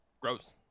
Gross